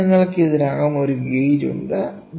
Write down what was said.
അതിനാൽ നിങ്ങൾക്ക് ഇതിനകം ഒരു ഗേജ് ഉണ്ട്